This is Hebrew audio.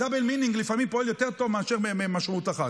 לפעמים double meaning פועל יותר טוב מאשר משמעות אחת.